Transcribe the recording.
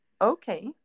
Okay